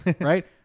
right